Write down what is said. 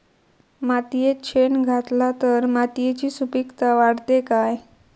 मातयेत शेण घातला तर मातयेची सुपीकता वाढते काय?